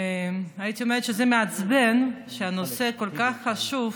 הייתי אומרת שזה מעצבן שנושא כל כך חשוב,